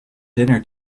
dinner